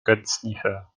codesniffer